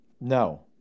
No